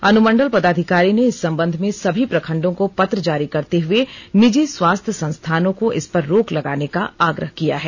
अनुमंडल पदाधिकारी ने इस संबंध में सभी प्रखंडों को पत्र जारी करते हुए निजी स्वास्थ्य संस्थानों को इस पर रोक लगाने का आग्रह किया है